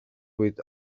with